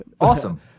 Awesome